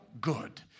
good